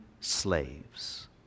slaves